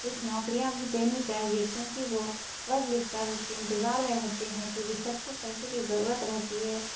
کچھ نوکریاں بھی دینی چاہیے کیوں کہ وہ پڑھ لکھ کر اس کے انتظار میں رہتے ہیں کیوں کہ سب کو پیسے کی ضرورت رہتی ہے